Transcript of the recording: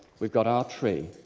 we've got our tree.